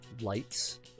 lights